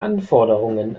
anforderungen